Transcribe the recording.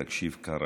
תקשיב, קרעי.